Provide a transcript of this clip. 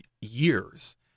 years